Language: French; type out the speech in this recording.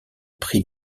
prix